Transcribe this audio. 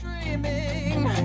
dreaming